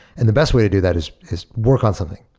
and the best way to do that is is work on something.